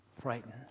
frightened